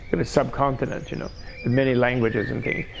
it was subcontinent you know with many languages and things.